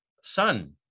son